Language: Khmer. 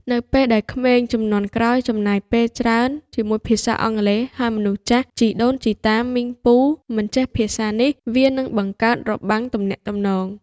នៅពេលដែលក្មេងជំនាន់ក្រោយចំណាយពេលច្រើនជាមួយភាសាអង់គ្លេស ហើយមនុស្សចាស់ (ជីដូនជីតា មីង ពូ) មិនចេះភាសានេះ វានឹងបង្កើតរបាំងទំនាក់ទំនង។